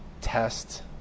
test